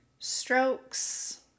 Strokes